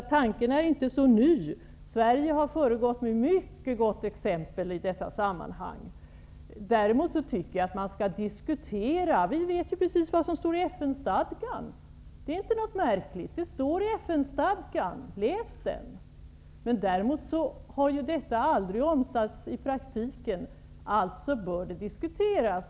Tanken är inte så ny. Sverige har i detta sammanhang föregått med mycket gott exempel. Detta är självfallet en fråga som skall diskuteras. Vi vet ju precis vad som står i FN-stadgan -- läs den! Detta är inte något märkligt. Däremot har det aldrig omsatts i praktiken. Alltså bör det diskuteras.